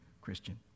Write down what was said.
Christian